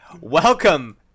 Welcome